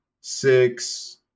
six